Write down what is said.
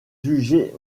jugée